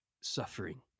suffering